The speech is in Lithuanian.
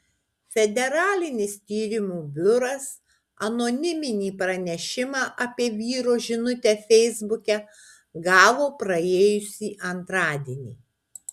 federalinis tyrimų biuras anoniminį pranešimą apie vyro žinutę feisbuke gavo praėjusį antradienį